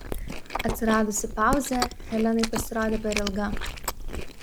atsiradusi pauzė helenai pasirodė per ilga